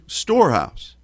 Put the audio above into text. storehouse